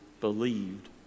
believed